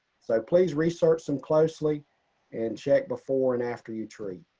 so please research them closely and check before and after you treat.